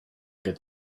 get